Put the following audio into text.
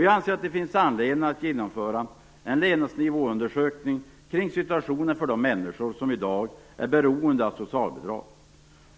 Jag anser att det finns anledning att genomföra en levnadsnivåundersökning kring situationen för de människor som i dag är beroende av socialbidrag.